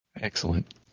Excellent